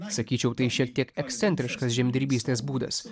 sakyčiau tai šiek tiek ekscentriškas žemdirbystės būdas